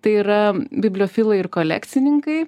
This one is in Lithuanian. tai yra bibliofilai ir kolekcininkai